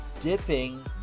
dipping